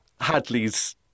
Hadley's